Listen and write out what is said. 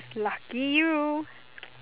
lucky you